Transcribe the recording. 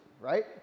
right